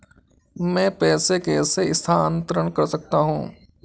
मैं पैसे कैसे स्थानांतरण कर सकता हूँ?